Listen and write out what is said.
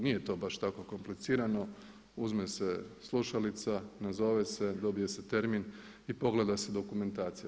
Nije to baš tako komplicirano, uzme se slušalica, nazove se, dobije se termin i pogleda se dokumentacija.